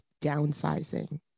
downsizing